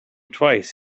twice